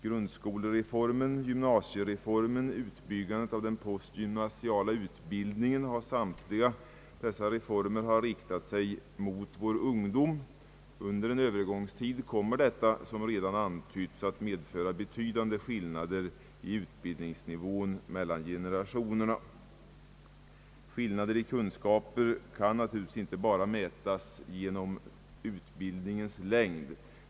Grundskolereformen, gymnasiereformen och utbyggandet av den postgymnasiala utbildningen har samtliga riktat sig till ungdomen. Under en övergångstid kommer detta, som redan antytts, att medföra betydande skillnader i utbildningsnivå mellan generationerna. Skillnaderna i kunskaper kan naturligtvis inte mätas bara genom utbildningstidens längd.